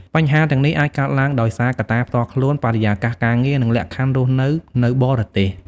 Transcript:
បញ្ហាទាំងនេះអាចកើតឡើងដោយសារកត្តាផ្ទាល់ខ្លួន បរិយាកាសការងារ និងលក្ខខណ្ឌរស់នៅនៅបរទេស ។